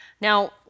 Now